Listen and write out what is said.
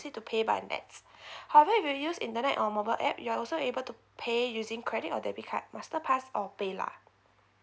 to pay by N_E_T_S however if you use internet or mobile app you also able to pay using credit or debit card masterpass or paylah